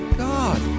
god